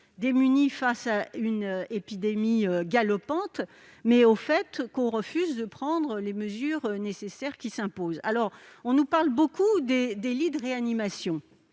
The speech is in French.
pas due à une épidémie galopante, mais au fait qu'on refuse de prendre les mesures qui s'imposent. On nous parle beaucoup des lits de réanimation.